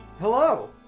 Hello